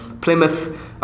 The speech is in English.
Plymouth